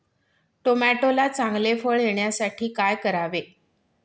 टोमॅटोला चांगले फळ येण्यासाठी काय करावे?